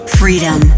freedom